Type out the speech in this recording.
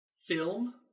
film